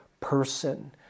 person